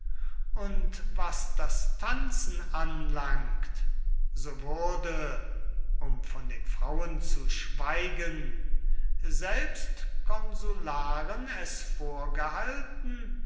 und was das tanzen anlangt so wurde um von den frauen zu schweigen selbst konsularen es vorgehalten